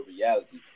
reality